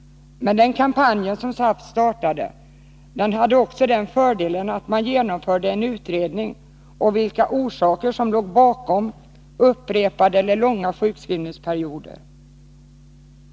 Men den kampanj som SAF startade hade också den fördelen att man genomförde en utredning om vilka orsaker som låg bakom upprepade eller långa sjukskrivningsperioder.